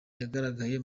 yagaragaye